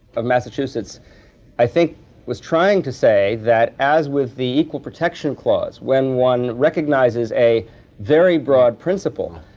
of massachusetts i think was trying to say that, as with the equal protection clause, when one recognizes a very broad principle,